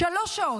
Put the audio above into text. שלוש שעות,